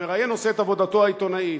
המראיין עושה את עבודתו העיתונאית.